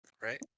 right